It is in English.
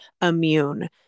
immune